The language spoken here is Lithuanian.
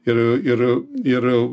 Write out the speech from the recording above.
ir ir ir